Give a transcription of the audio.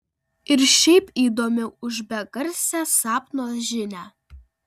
ir šiaip įdomiau už begarsę sapno žinią